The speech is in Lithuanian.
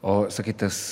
o kai tas